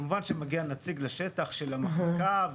כמובן שמגיע נציג לשטח של המחלקה,